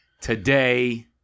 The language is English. today